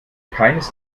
keines